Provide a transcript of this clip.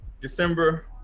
December